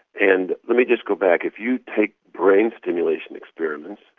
and let me just go back, if you take brain stimulation experiments,